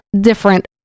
different